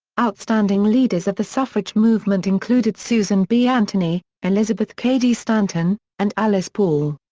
outstanding leaders of the suffrage movement included susan b. anthony, elizabeth cady stanton, and alice paul.